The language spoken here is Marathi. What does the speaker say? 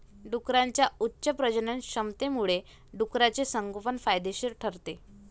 डुकरांच्या उच्च प्रजननक्षमतेमुळे डुकराचे संगोपन फायदेशीर ठरते